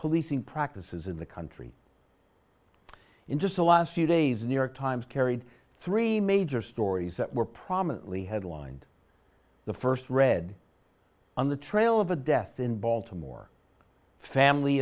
policing practices in the country in just the last few days new york times carried three major stories that were prominently headlined the first read on the trail of a death in baltimore family